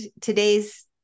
today's